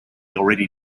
already